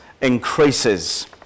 increases